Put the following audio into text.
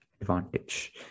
advantage